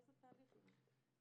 איזה תהליך מתקיים?